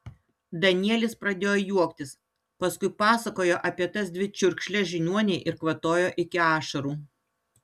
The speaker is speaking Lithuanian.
danielis pradėjo juoktis paskui pasakojo apie tas dvi čiurkšles žiniuonei ir kvatojo iki ašarų